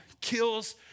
kills